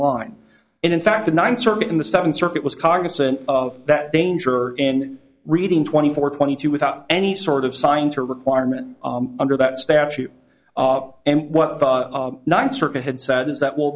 line and in fact the ninth circuit in the seventh circuit was cognizant of that danger in reading twenty four twenty two without any sort of science or requirement under that statute and what ninth circuit had said is that will